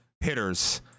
hitters